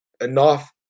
enough